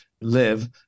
live